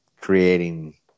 creating